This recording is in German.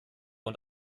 und